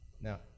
Now